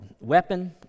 Weapon